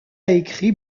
écrit